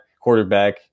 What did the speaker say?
quarterback